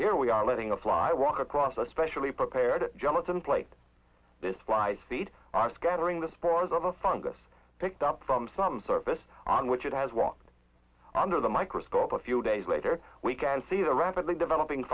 here we are letting a fly walk across a specially prepared gelatin plate this flies feed on scattering the spores of a fungus picked up from some surface on which it has walked under the microscope a few days later we can see the rapidly developing